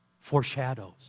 foreshadows